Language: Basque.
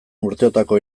urteotako